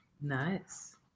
Nice